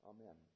Amen